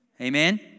Amen